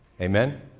Amen